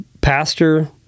pastor